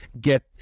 get